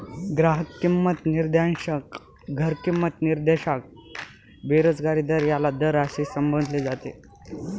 ग्राहक किंमत निर्देशांक, घर किंमत निर्देशांक, बेरोजगारी दर याला दर असे संबोधले जाते